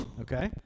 Okay